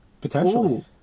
Potentially